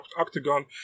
octagon